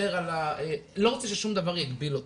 אני לא רוצה ששום דבר יגביל אותנו.